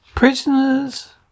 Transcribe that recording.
Prisoners